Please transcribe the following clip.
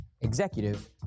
executive